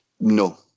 No